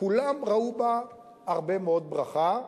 כולם ראו בה הרבה מאוד ברכה,